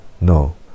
no